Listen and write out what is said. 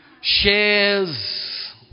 shares